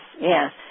yes